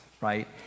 right